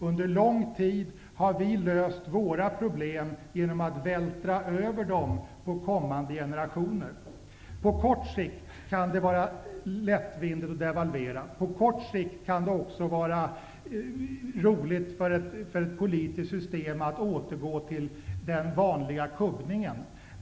Under lång tid har vi löst våra problem genom att vältra över dem på kommande generationer. På kort sikt kan det vara lättvindigt att devalvera. På kort sikt kan det också vara roligt för ett politiskt system att återgå till den vanliga kubbningen.